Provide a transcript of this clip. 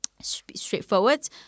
straightforward